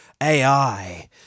AI